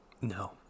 No